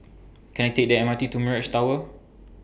Can I Take The M R T to Mirage Tower